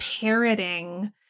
parroting